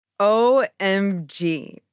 OMG